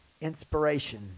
inspiration